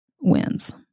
wins